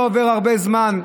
לא עובר הרבה זמן,